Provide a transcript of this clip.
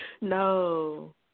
No